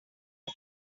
had